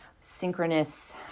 synchronous